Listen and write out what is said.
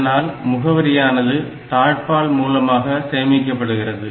இதனால் முகவரியானது தாழ்பாள் மூலமாக சேமிக்கப்படுகிறது